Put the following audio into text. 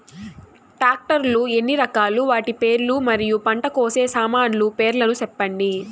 Tractor లు ఎన్ని రకాలు? వాటి పేర్లు మరియు పంట కోసే సామాన్లు పేర్లను సెప్పండి?